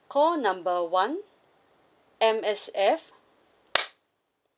call number one M_S_F